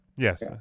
Yes